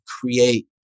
create